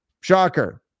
Shocker